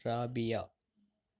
Rabiya